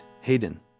Hayden